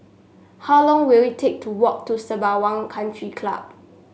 how long will it take to walk to Sembawang Country Club